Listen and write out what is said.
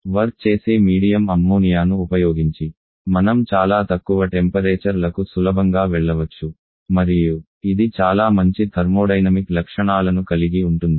work చేసే medium అమ్మోనియాను ఉపయోగించి మనం చాలా తక్కువ టెంపరేచర్ లకు సులభంగా వెళ్లవచ్చు మరియు ఇది చాలా మంచి థర్మోడైనమిక్ లక్షణాలను కలిగి ఉంటుంది